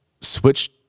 switch